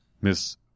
miss